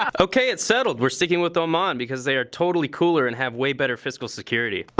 um ok, it's settled. we're sticking with oman because they are totally cooler and have way better fiscal security. but